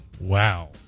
Wow